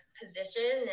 position